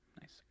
Nice